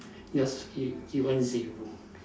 just gi~ given zero